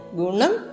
gunam